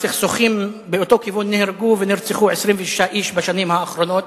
בסכסוכים באותו כיוון נהרגו ונרצחו 26 איש בשנים האחרונות.